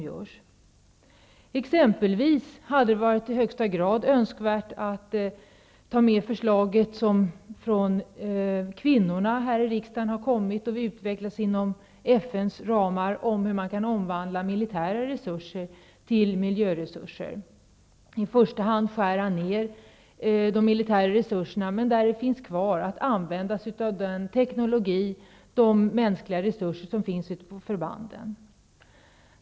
Det hade exempelvis varit i högsta grad önskvärt att ta med de förslag som kvinnorna här i riksdagen har kommit med om hur man inom FN:s ramar kan omvandla militära resurser till miljöresurser. Man bör i första hand skära ner de militära resurserna, men där de finns kvar bör man använda sig av den teknologi och de mänskliga resurser som finns på förbanden.